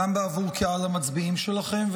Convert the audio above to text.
גם בעבור קהל המצביעים שלכם,